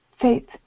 faith